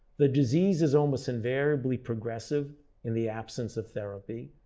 the disease is almost invariably progressive in the absence of therapy.